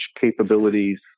capabilities